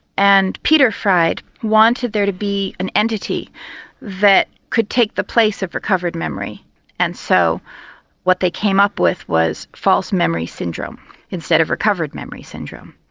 and peter fried wanted there to be an entity that could take the place of recovered memory and so what they came up with was false memory syndrome instead of recovered memory syndrome.